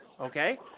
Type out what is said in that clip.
Okay